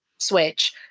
switch